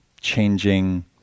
changing